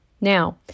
Now